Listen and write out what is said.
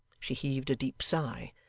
she heaved a deep sigh,